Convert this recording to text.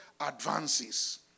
advances